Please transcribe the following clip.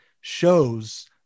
shows